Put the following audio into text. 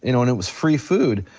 you know and it was free food,